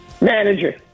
Manager